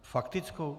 Faktickou?